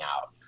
out